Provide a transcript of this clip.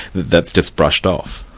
that's just brushed off?